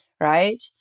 right